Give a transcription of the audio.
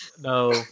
No